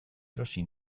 erosi